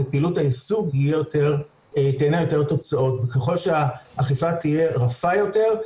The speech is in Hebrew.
לפעילות היישוג תהיינה יותר תוצאות וככל שהאכיפה תהיה רפה יותר,